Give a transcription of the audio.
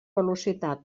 velocitat